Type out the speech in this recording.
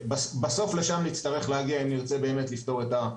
בסוף לשם נצטרך להגיע אם נרצה באמת לפתור את הבעיה הזאת.